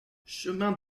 chemin